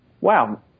wow